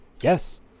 Yes